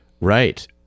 right